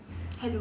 hello